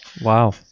wow